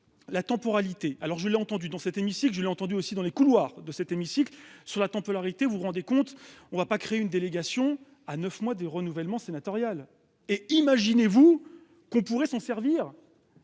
la temporalité, alors je l'ai entendu dans cet hémicycle. Je l'ai entendu aussi dans les couloirs de cet hémicycle sur la tempe, l'arrêter, vous vous rendez compte, on va pas créer une délégation à 9 mois des renouvellement sénatorial et imaginez-vous qu'on pourrait s'en servir.